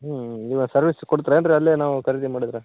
ಹ್ಞೂ ನೀವು ಸರ್ವಿಸ್ ಕೊಡ್ತಿರೇನು ರೀ ಅಲ್ಲೇ ನಾವು ಖರೀದಿ ಮಾಡಿದ್ರ